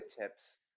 tips